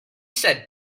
said